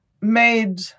made